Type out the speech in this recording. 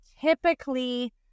Typically